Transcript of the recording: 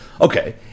Okay